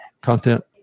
content